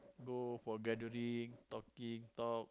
go for gathering talking talk